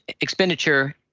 expenditure